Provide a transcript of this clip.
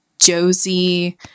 josie